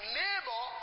neighbor